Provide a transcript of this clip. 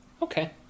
Okay